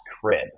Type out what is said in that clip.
crib